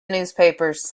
newspapers